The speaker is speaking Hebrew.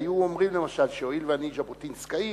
היו אומרים למשל שהואיל ואני ז'בוטינסקאי,